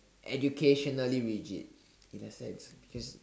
educationally rigid in a sense because